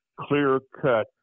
clear-cut